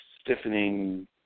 stiffening